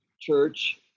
church